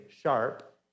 Sharp